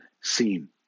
seen